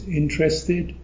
interested